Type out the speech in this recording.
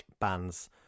bands